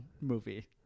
movie